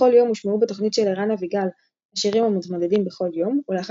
בכל יום הושמעו בתוכנית של ערן אביגל השירים המתמודדים בכל יום ולאחר